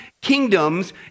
kingdoms